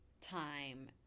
time